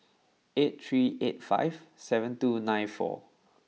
eight three eight five seven two nine four